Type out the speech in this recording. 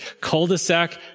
Cul-de-sac